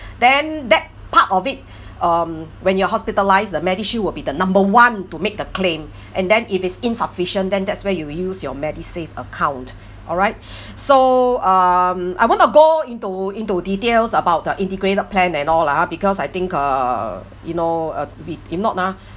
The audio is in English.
then that part of it um when you're hospitalised the medishield will be the number one to make the claim and then if it's insufficient then that's where you use your medisave account all right so um I want to go into into details about the integrated plan and all ah because I think uh you know uh if if not ah